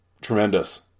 tremendous